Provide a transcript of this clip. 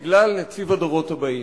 בגלל נציב הדורות הבאים.